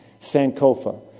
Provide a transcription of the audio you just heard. Sankofa